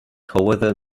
however